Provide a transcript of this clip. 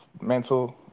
mental